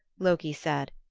loki said,